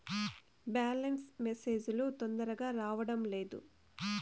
Balance message లు తొందరగా రావడం లేదు?